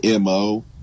mo